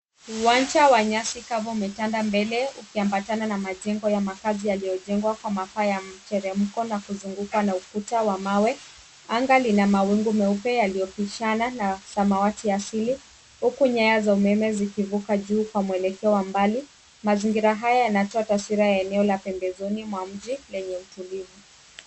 Uwanja wa nyasi kavu umetanda mbele ukiambatana na majengo ya makaazi yaliyojengwa kwa mafa ya mteremko na kuzungukwa na ukuta wa mawe. Anga lina mawingu meupe yaliyopishana na samawati asili huku nyaya za umeme zikivuka juu kwa mwelekeo wa mbali. Mazingira haya yanatoa taswira ya eneo la pembezoni mwa mji lenye utulivu.